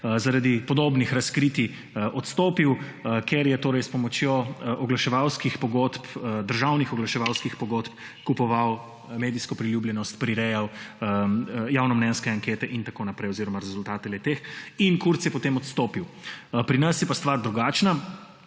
zaradi podobnih razkritij odstopil, ker je s pomočjo oglaševalskih pogodb, državnih oglaševalskih pogodb, kupoval medijsko priljubljenost, prirejal javnomnenjske ankete in tako naprej oziroma rezultate le-teh. In Kurz je potem odstopil. Pri nas je pa stvar drugačna,